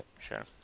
Sure